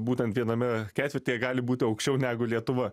būtent viename ketvirtyje gali būti aukščiau negu lietuva